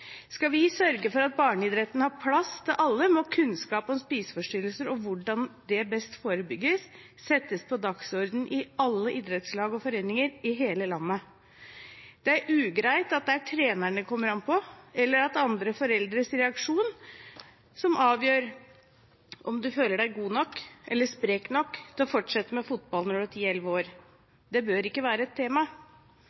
Skal vi sørge for at barneidretten har plass til alle må kunnskap om spiseforstyrrelser og hvordan det best forebygges, settes på dagsordenen i alle idrettslag og foreninger i hele landet. Det er ugreit at det er treneren det kommer an på, eller at det er andre foreldres reaksjon som avgjør om du føler deg god nok eller sprek nok til å fortsette med fotball når du er 10–11 år.